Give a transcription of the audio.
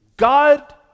God